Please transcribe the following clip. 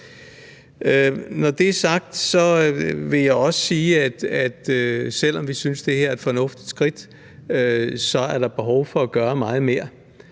Når det er sagt, vil jeg også sige, at selv om vi synes, det er et fornuftigt skridt, er der behov for at gøre meget mere.